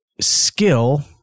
skill